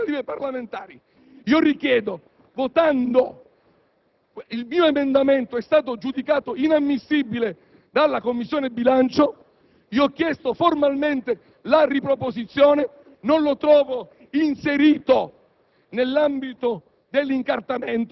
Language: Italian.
statutaria e anche delle prerogative parlamentari. Il mio emendamento è stato giudicato inammissibile dalla Commissione bilancio, ne ho chiesto formalmente la riproposizione, non lo trovo inserito